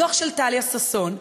הדוח של טליה ששון,